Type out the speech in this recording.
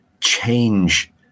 change